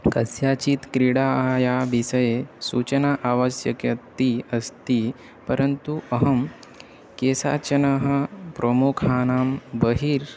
कस्याचित् क्रीडायाः विषये सूचना आवश्यकम् अस्ति परन्तु अहं केशाञ्चन प्रमुखाणां बहिर्